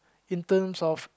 in terms of